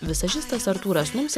vizažistas artūras mums